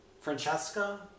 Francesca